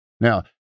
Now